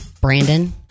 brandon